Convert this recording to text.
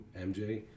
MJ